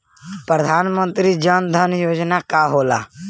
प्रधानमंत्री जन धन योजना का होला?